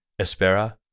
Espera